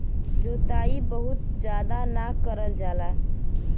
जोताई बहुत जादा ना करल जाला